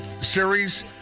series